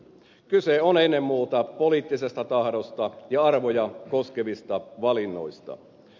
kyse on ennen muuta poliittisesta tahdosta ja arvoja koskevista valinnoista